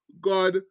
God